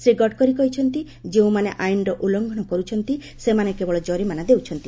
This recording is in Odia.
ଶ୍ରୀ ଗଡ଼କରୀ କହିଛନ୍ତି ଯେଉଁମାନେ ଆଇନର ଉଲ୍ଲୁଘନ କର୍ଛନ୍ତି ସେମାନେ କେବଳ ଜରିମାନା ଦେଉଛନ୍ତି